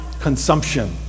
consumption